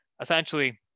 essentially